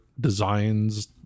designs